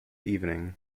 evening